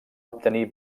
obtenir